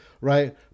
right